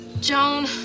Joan